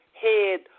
head